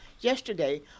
yesterday